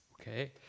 okay